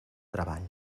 treball